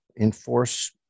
enforce